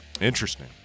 Interesting